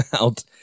out